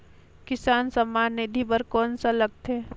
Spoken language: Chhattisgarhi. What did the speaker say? किसान सम्मान निधि बर कौन का लगथे?